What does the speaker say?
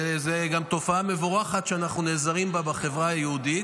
וזאת גם תופעה מבורכת שאנחנו נעזרים בה בחברה יהודית,